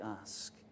ask